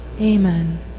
Amen